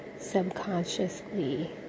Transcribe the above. subconsciously